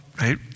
right